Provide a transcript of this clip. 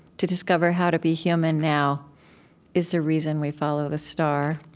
to discover how to be human now is the reason we follow the star.